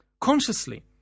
consciously